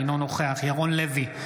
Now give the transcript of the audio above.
אינו נוכח ירון לוי,